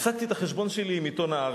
הפסקתי את החשבון שלי עם עיתון "הארץ".